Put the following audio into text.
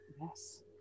Yes